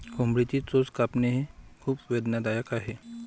कोंबडीची चोच कापणे खूप वेदनादायक आहे